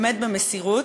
באמת במסירות.